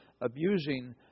abusing